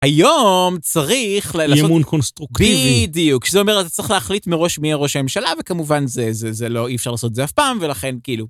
היום צריך לאמון קונסטרוקטיבי, בדיוק זה אומר שצריך להחליט מראש מי הראש הממשלה וכמובן זה לא אי אפשר לעשות זה אף פעם ולכן כאילו.